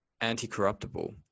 anti-corruptible